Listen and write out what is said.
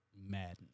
Madden